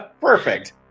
Perfect